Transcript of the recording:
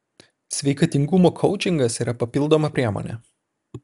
sveikatingumo koučingas yra papildoma priemonė